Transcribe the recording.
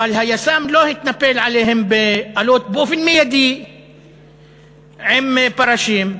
אבל היס"מ לא התנפל עליהם מייד באלות עם פרשים.